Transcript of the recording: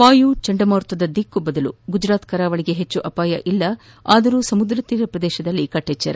ವಾಯು ಚಂಡಮಾರುತದ ದಿಕ್ಕು ಬದಲು ಗುಜರಾತ್ ಕರಾವಳಿಗೆ ಹೆಚ್ಚು ಅಪಾಯವಿಲ್ಲ ಆದರೂ ಸಮುದ್ರ ತೀರ ಪ್ರದೇಶಗಳಲ್ಲಿ ಕಟ್ಟೆಚ್ಚರ